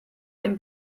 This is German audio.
den